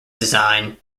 design